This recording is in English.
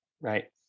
Right